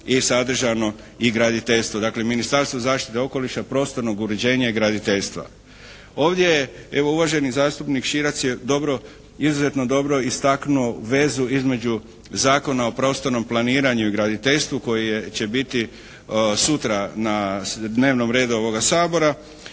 sadržano i graditeljstvo. Dakle, Ministarstvo zaštite okoliša, prostornog uređenja i graditeljstva. Ovdje je evo uvaženi zastupnik Širac je izuzetno dobro istaknuo vezu između Zakona o prostornom planiranju i graditeljstvu koji će biti sutra na dnevnom redu ovoga Sabora